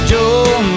Joe